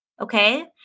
okay